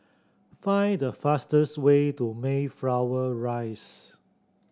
find the fastest way to Mayflower Rise